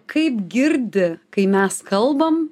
kaip girdi kai mes kalbam